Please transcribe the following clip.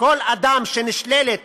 כל אדם שנשללת